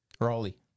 Raleigh